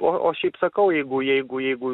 o o šiaip sakau jeigu jeigu jeigu